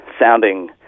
sounding